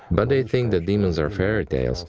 but they think that demons are fairy tales,